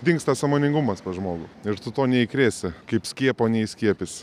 dingsta sąmoningumas pas žmogų ir tu to neįkrėsi kaip skiepo neįskiepys